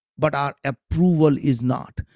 but our approval is not.